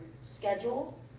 schedule